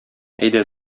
әйдә